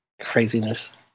Craziness